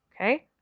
Okay